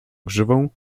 grzywą